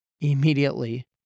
immediately